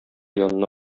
янына